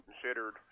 considered